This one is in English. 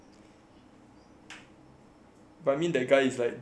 but I mean the guy is like dean's list [one] ah so maybe a bit different